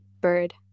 bird